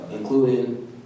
Including